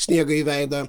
sniegą į veidą